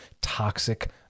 toxic